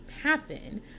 happen